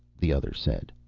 the other said.